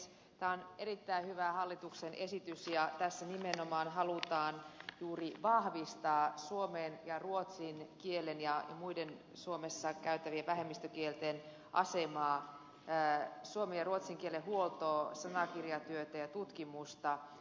tämä on erittäin hyvä hallituksen esitys ja tässä nimenomaan halutaan juuri vahvistaa suomen ja ruotsin kielen ja muiden suomessa käytettävien vähemmistökielten asemaa suomen ja ruotsin kielen huoltoa sanakirjatyötä ja tutkimusta